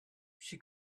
she